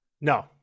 No